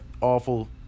awful